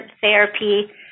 therapy